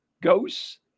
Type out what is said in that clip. ghosts